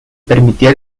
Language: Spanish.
permitía